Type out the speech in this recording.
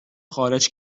خارج